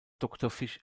doktorfisch